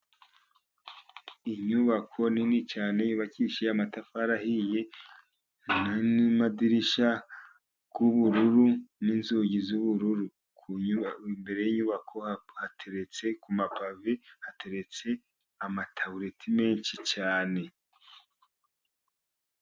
Inyubako nini cyane yubakishije amatafari ahiye, n'amadirishya y'ubururu, n'inzugi z'ubururu, imbere y'inyubako, hateretse ku mapave, hateretse amatabureti menshi cyane.